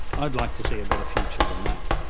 i would like to see a better future than that.